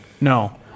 no